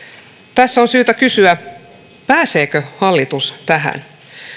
tässä on syytä kysyä pääseekö hallitus tähän